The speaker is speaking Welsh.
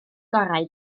gorau